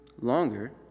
longer